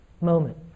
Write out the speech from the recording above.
moment